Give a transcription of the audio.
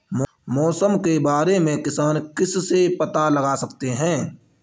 मौसम के बारे में किसान किससे पता लगा सकते हैं?